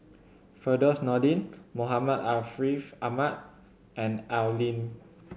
Firdaus Nordin Muhammad Ariff Ahmad and Al Lim